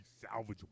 salvageable